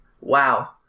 wow